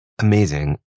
Amazing